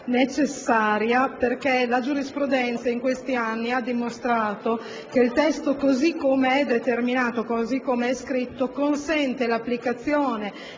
necessaria perché la giurisprudenza, negli ultimi anni, ha dimostrato che il testo così come è determinato e scritto consente l'applicazione